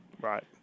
Right